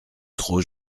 trop